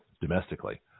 domestically